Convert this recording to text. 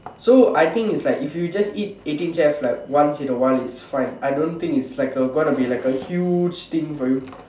so I think it's like if you just eat eighteen chefs like once in a while it's fine I don't think it's like a gonna be like a huge thing for you